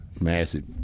massive